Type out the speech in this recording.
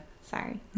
Sorry